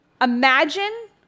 Imagine